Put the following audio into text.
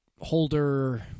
holder